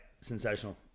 sensational